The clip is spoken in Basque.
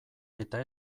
eta